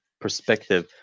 perspective